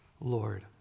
Lord